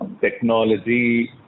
technology